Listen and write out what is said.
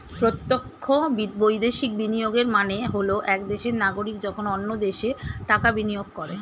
প্রত্যক্ষ বৈদেশিক বিনিয়োগের মানে হল এক দেশের নাগরিক যখন অন্য দেশে টাকা বিনিয়োগ করে